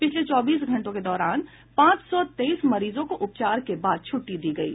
पिछले चौबीस घंटों के दौरान पांच सौ तेईस मरीजों को उपचार के बाद छटटी दी गयी